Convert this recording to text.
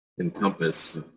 encompass